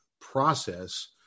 process